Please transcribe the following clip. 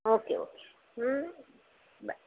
okay okay ಹ್ಞೂ ಬಾಯ್